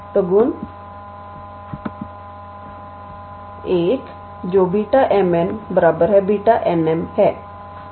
तोगुण 1 जो Β m n Bn 𝑚 है